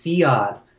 fiat